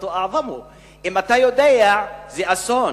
אַעְטַ'ם: אם אתה יודע זה אסון,